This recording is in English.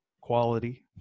quality